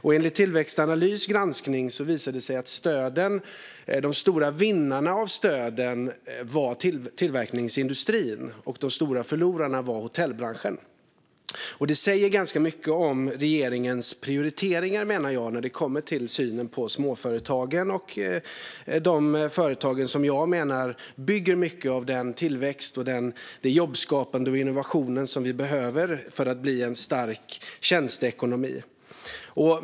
I Tillväxtanalys granskning visade det sig att de stora vinnarna på stöden var tillverkningsindustrin och de stora förlorarna hotellbranschen. Det säger ganska mycket om regeringens prioriteringar, menar jag, när det kommer till synen på småföretagen och de företag som jag menar bygger mycket av den tillväxt, det jobbskapande och de innovationer som vi behöver för att bli en stark tjänsteekonomi.